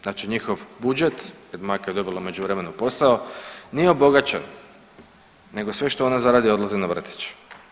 Znači njihov budžet, majka je dobila u međuvremenu posao nije obogaćen, nego sve što ona zaradi odlazi na vrtić.